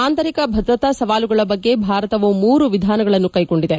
ಆಂತರಿಕ ಭದ್ರತಾ ಸವಾಲುಗಳ ಬಗ್ಗೆ ಭಾರತವು ಮೂರು ವಿಧಾನವನ್ನು ಕೈಗೊಂಡಿದೆ